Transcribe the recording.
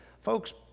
Folks